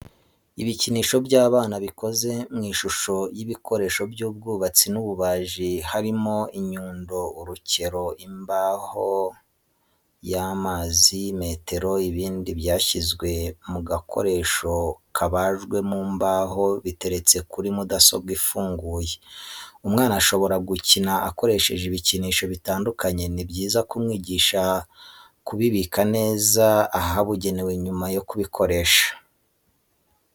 Ibikinisho by'abana bikoze mw'ishusho y'ibikoresho by'ubwubatsi n'ububaji harimo inyundo, urukero, imbaho y'amazi, metero n'ibindi byashyizwe mu gakoresho kabajwe mu mbaho biteretse kuri mudasobwa ifunguye. umwana ashobora gukina akoresheje ibikinisho bitandukanye ni byiza kumwigisha kubibika neza ahabugenewe nyuma yo kubikoresha.